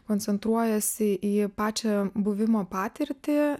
koncentruojasi į pačią buvimo patirtį